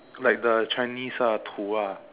like the Chinese ah 土 ah